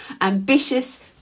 ambitious